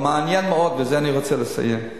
אבל מעניין מאוד, ובזה אני רוצה לסיים,